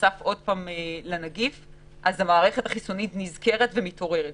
נחשף עוד פעם לנגיף המערכת החיסונית נזכרת ומתעוררת.